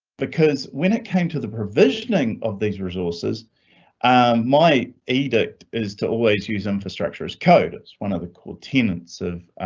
because when it came to the provisioning of these resource is um my edict is to always use infrastructure as code is one of the core tenants of